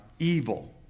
evil